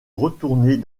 retourner